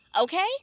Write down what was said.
Okay